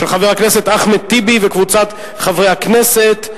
של חבר הכנסת אחמד טיבי וקבוצת חברי הכנסת.